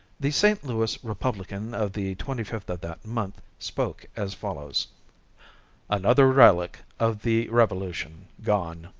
the st. louis republican of the twenty fifth of that month spoke as follows another relic of the revolution gone.